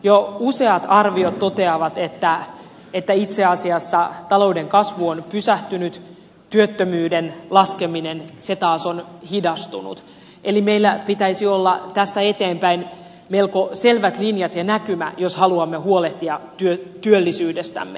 jo useat arviot toteavat että itse asiassa talouden kasvu on pysähtynyt työttömyyden laskeminen taas on hidastunut eli meillä pitäisi olla tästä eteenpäin melko selvät linjat ja näkymä jos haluamme huolehtia työllisyydestämme